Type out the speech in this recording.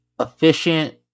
efficient